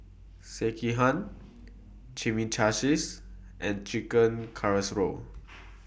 Sekihan Chimichangas and Chicken Casserole